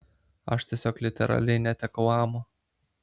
aš tiesiog literaliai netekau amo